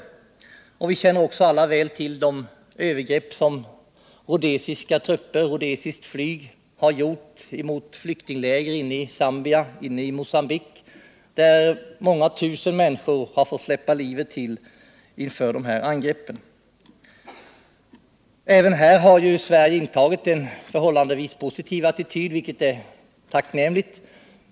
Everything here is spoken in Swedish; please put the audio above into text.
Vi känner också alla väl till de övergrepp som rhodesiska trupper och rhodesiskt flyg har gjort mot flyktingläger inne i Zambia och Mogambique, där många tusen människor har fått sätta livet till. Även i detta fall har ju Sverige intagit en förhållandevis positiv attityd, vilket är tacknämligt.